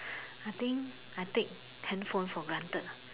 I think I take handphone for granted